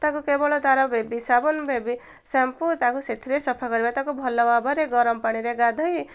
ତାକୁ କେବଳ ତାର ବେବି ସାବୁନ ବେବି ଶ୍ୟାମ୍ପୁ ତାକୁ ସେଥିରେ ସଫା କରିବା ତାକୁ ଭଲ ଭାବରେ ଗରମ ପାଣିରେ ଗାଧୋଇ